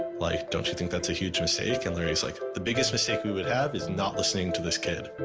like, don't you think that's a huge mistake? and larry is like the biggest mistake that we would have is not listening to this kid